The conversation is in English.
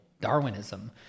darwinism